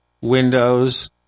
Windows